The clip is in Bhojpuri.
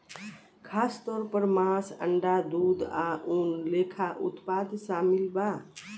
खासतौर पर मांस, अंडा, दूध आ ऊन लेखा उत्पाद शामिल बा